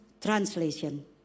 translation